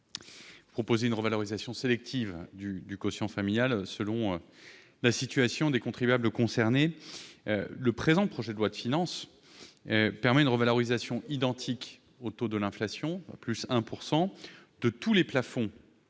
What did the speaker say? qui propose une revalorisation sélective du quotient familial selon la situation des contribuables concernés, je dois dire que le présent projet de loi de finances permet une revalorisation identique au taux de l'inflation- plus 1 %-de tous les plafonds